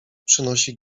przynosi